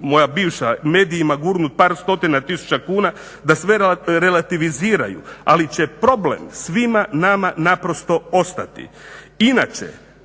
moja bivša, medijima gurnuti par stotina tisuća kuna da sve relativiziraju ali će problem svima nama naprosto ostati.